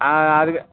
ஆ அதுக்கு